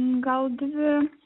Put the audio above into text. gal dvi